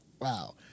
wow